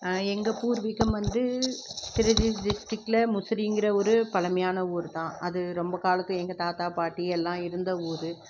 எங்கள் பூர்வீகம் வந்து திருச்சி டிஸ்ட்ரிக்கில் முசிறிங்கிற ஒரு பழமையான ஊர்தான் அது ரொம்ப காலத்து எங்கள் தாத்தா பாட்டி எல்லாம் இருந்த ஊர்